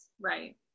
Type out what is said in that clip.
right